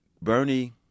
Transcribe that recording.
Bernie